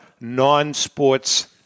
non-sports